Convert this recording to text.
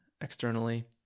externally